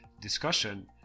discussion